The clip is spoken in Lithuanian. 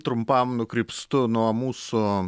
trumpam nukrypstu nuo mūsų